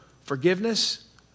forgiveness